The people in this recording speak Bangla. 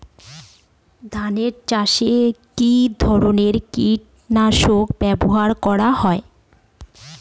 ধান চাষে কী ধরনের কীট নাশক ব্যাবহার করা হয়?